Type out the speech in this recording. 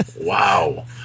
Wow